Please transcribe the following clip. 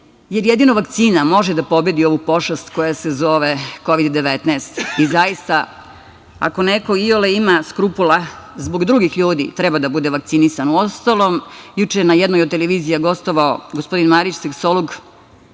jer jedino vakcina može da pobedi ovu pošast koja se zove Kovid-19. Zaista, ako neko iole ima skrupula zbog drugih ljudi, treba da bude vakcinisan. Uostalom juče je na jednoj od televizija gostovao gospodina Marić, seksolog,